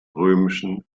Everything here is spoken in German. römischen